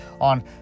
on